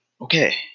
Okay